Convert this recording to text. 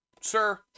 Sir